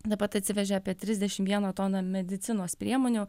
taip pat atsivežė apie trisdešim vieną toną medicinos priemonių